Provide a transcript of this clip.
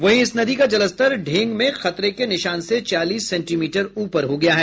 वहीं इस नदी का जलस्तर ढेंग में खतरे से निशान के चालीस सेंटीमीटर ऊपर हो गया है